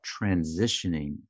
transitioning